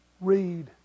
read